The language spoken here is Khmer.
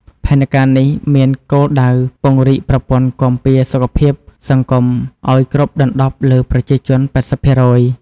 ផែនការនេះមានគោលដៅពង្រីកប្រព័ន្ធគាំពារសុខភាពសង្គមឱ្យគ្របដណ្ដប់លើប្រជាជន៨០%។